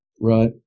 Right